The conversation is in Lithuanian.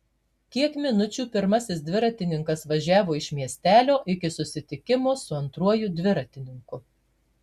kiek minučių pirmasis dviratininkas važiavo iš miestelio iki susitikimo su antruoju dviratininku